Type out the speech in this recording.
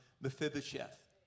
Mephibosheth